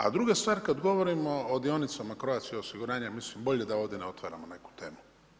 A druga stvar, kada govorimo o dionicama Croatia osiguranja, mislim bolje da ovdje ne otvaramo neku temu.